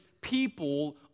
people